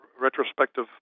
retrospective